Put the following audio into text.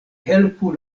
helpu